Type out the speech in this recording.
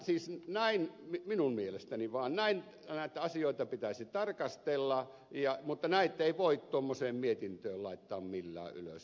siis näin minun mielestäni vaan näitä asioita pitäisi tarkastella mutta näitä ei voi tuommoiseen mietintöön laittaa millään ylös